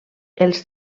els